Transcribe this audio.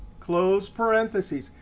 close parentheses.